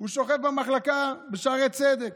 הוא שוכב במחלקה בשערי צדק,